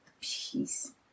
peace